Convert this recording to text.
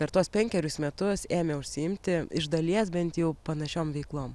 per tuos penkerius metus ėmė užsiimti iš dalies bent jau panašiom veiklom